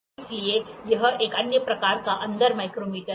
इसलिए यह एक अन्य प्रकार का अंदर माइक्रोमीटर है